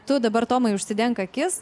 tu dabar tomai užsidenk akis